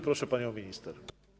Proszę panią minister.